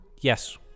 Yes